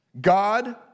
God